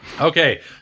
okay